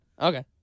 Okay